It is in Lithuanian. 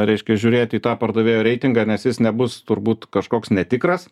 reiškia žiūrėt į tą pardavėjo reitingą nes jis nebus turbūt kažkoks netikras